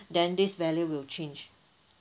then this value will change